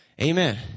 Amen